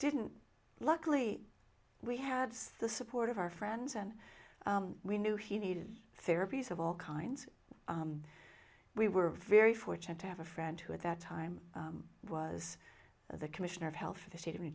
didn't luckily we had the support of our friends and we knew he needed therapies of all kinds we were very fortunate to have a friend who at that time was the commissioner of health for the state of new